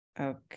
Okay